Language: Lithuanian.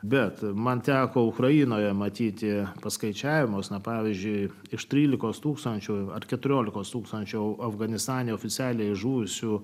bet man teko ukrainoje matyti paskaičiavimus na pavyzdžiui iš trylikos tūkstančių keturiolikos tūkstančių afganistane oficialiai žuvusių